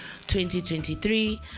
2023